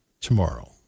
tomorrow